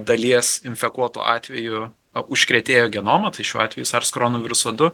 dalies infekuotų atvejų o užkrėtėjo genomą tai šiuo atveju sars korona viruso du